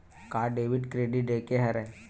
का debit credit एके हरय?